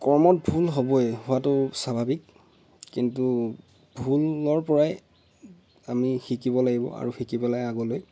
কৰ্মত ভুল হ'বই হোৱাতো স্বাভাৱিক কিন্তু ভুলৰ পৰাই আমি শিকিব লাগিব আৰু শিকি পেলাই আগলৈ